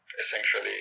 essentially